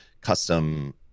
custom